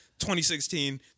2016